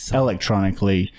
electronically